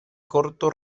corto